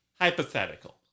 Hypothetical